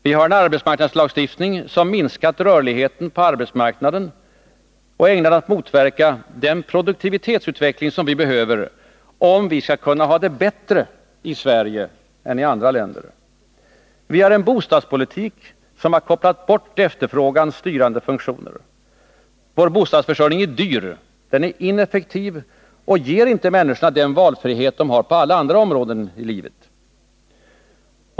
Vi har en arbetsmarknadslagstiftning som minskat rörligheten på arbetsmarknaden och är ägnad att motverka den produktivitetsutveckling som vi behöver, om vi skall kunna ha det bättre i Sverige än i andra länder. Vi har en bostadspolitik som har kopplat bort efterfrågans styrande funktioner. Vår bostadsförsörjning är dyr, ineffektiv och ger inte människorna den valfrihet som de har på alla andra områden.